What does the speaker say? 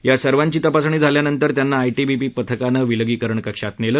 या सर्वाची तपासणी झाल्यानंतर त्यांना आयटीबीपी पथकानं विलिगीकरण कक्षात नेलं